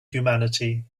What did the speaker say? humanity